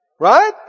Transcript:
Right